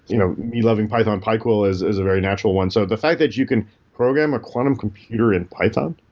you know me loving python, pyquil is is a very natural one. so the fact that you can program a quantum computer in python,